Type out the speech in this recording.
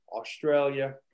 Australia